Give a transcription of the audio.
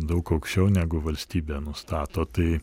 daug aukščiau negu valstybė nustato tai